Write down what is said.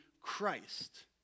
Christ